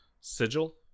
Sigil